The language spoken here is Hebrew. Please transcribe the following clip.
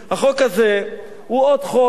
החוק הזה הוא עוד חוק,